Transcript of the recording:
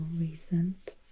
recent